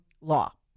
law